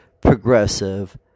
progressive